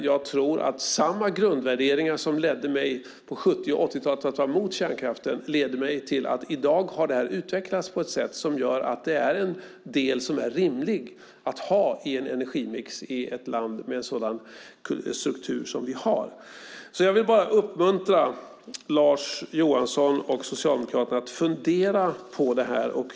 Jag tror att samma grundvärderingar som ledde mig på 70 och 80-talet till att vara emot kärnkraften nu leder mig till att tycka att detta i dag har utvecklats på ett sätt som gör att det är en del som är rimlig att ha i en energimix i ett land med en sådan struktur som vi har. Jag vill bara uppmuntra Lars Johansson och Socialdemokraterna att fundera på det här.